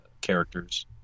characters